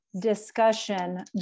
discussion